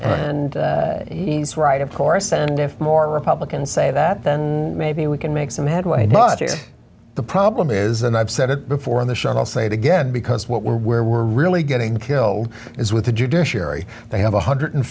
and he's right of course and if more republicans say that then maybe we can make some headway not the problem is and i've said it before on the shuttle say it again because what we're where we're really getting killed is with the judiciary they have one hundred and